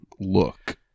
look